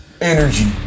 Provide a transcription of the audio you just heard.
energy